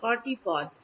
এ কয়টি পদ